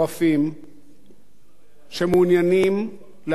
שמעוניינים להבעיר תבערה גדולה,